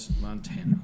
Montana